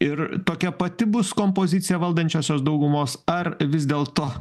ir tokia pati bus kompozicija valdančiosios daugumos ar vis dėlto